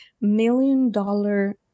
million-dollar